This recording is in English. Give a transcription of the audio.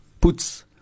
puts